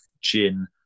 gin